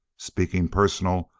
speaking personal,